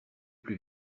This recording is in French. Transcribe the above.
plus